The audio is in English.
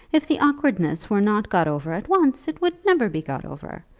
if the awkwardness were not got over at once it would never be got over.